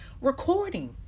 recording